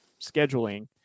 scheduling